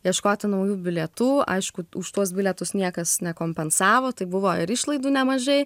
ieškoti naujų bilietų aišku už tuos bilietus niekas nekompensavo tai buvo ir išlaidų nemažai